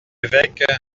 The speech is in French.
évêque